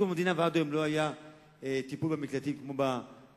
מקום המדינה ועד היום לא היה טיפול במקלטים כמו לאחרונה,